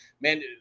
man